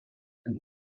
and